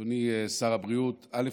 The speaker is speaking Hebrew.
אדוני שר הבריאות, א.